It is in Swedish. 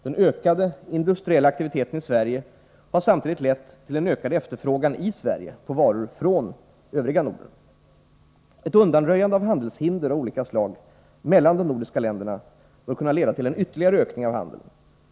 Den ökade industriella aktiviteten i Sverige har samtidigt lett till en ökad efterfrågan i Sverige på varor från övriga Norden. Ett undanröjande av handelshinder av olika slag mellan de nordiska länderna bör kunna leda till en ytterligare ökning av handeln.